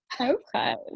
Okay